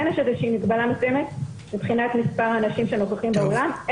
כן יש איזה שהיא מגבלה מסוימת מבחינת מספר האנשים שנוכחים באולם.